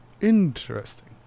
Interesting